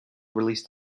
released